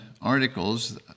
articles